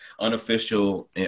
unofficial